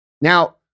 Now